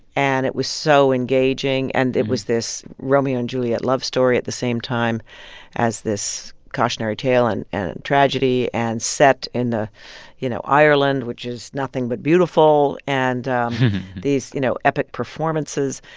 and it was so engaging, and it was this romeo and juliet love story at the same time as this cautionary tale and and tragedy, and set in the you know, ireland, which is nothing but beautiful, and these, you know, epic performances.